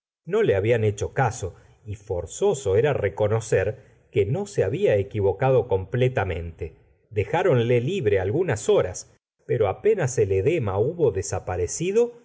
no le habían hecho caso y forzoso era reconocer que no se había equivocado completa mente dejáronle libre algunas horas pero a penas el edema hubo